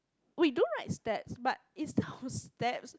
we do write steps but instead of steps